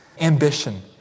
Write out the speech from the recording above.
ambition